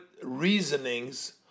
Reasonings